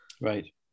Right